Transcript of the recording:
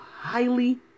highly